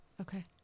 Okay